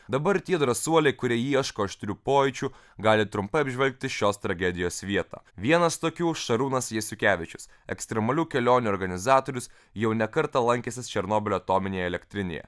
dabar tie drąsuoliai kurie ieško aštrių pojūčių gali trumpai apžvelgti šios tragedijos vietą vienas tokių šarūnas jasiukevičius ekstremalių kelionių organizatorius jau ne kartą lankęsis černobylio atominėje elektrinėje